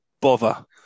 bother